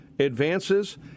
advances